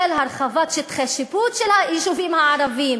של הרחבת שטחי שיפוט של היישובים הערביים.